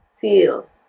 Feel